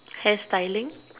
hairstyling